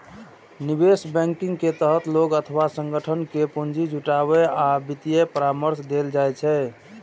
निवेश बैंकिंग के तहत लोग अथवा संगठन कें पूंजी जुटाबै आ वित्तीय परामर्श देल जाइ छै